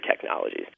technologies